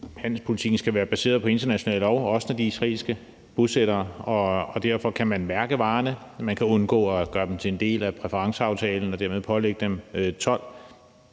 handelspolitikken skal være baseret på international lov, også når det er israelske bosættere, og derfor kan man mærke varerne. Man kan undgå at gøre dem til en del af præferenceaftalen og dermed pålægge dem